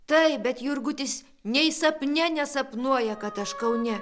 taip bet jurgutis nei sapne nesapnuoja kad aš kaune